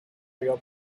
río